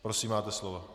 Prosím, máte slovo.